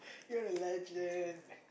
you're a legend